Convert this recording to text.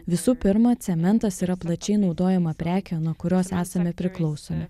visų pirma cementas yra plačiai naudojamą prekė nuo kurios esame priklausomi